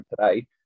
today